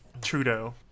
Trudeau